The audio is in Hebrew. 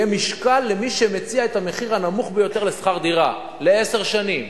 יהיה משקל למי שמציע את המחיר הנמוך ביותר לשכר דירה לעשר שנים,